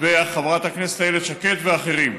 וחברת הכנסת איילת שקד ואחרים.